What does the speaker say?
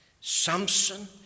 Samson